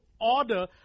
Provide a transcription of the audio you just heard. order